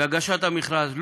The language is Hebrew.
בהגשת המכרז.